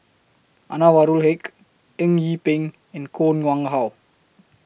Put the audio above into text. Anwarul Haque Eng Yee Peng and Koh Nguang How